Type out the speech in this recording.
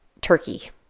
turkey